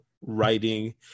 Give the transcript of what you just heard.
writing